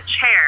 chair